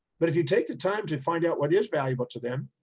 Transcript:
but if you take the time to find out what is valuable to them,